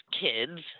kids